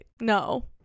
No